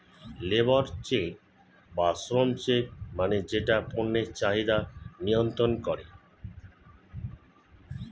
labour check বা শ্রম check মানে যেটা পণ্যের চাহিদা নিয়ন্ত্রন করে